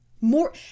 More